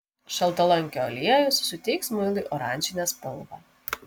šaltalankio aliejus suteiks muilui oranžinę spalvą